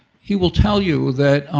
he will tell you that